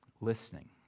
listening